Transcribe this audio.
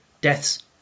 death's